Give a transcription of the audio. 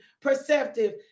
perceptive